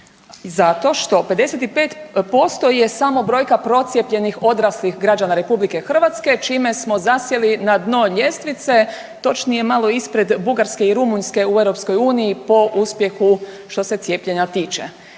zato što 55% je samo brojka procijepljenih odraslih građana RH čime smo zasjeli na dno ljestvice, točnije malo ispred Bugarske i Rumunjske u EU po uspjehu što se cijepljenja tiče.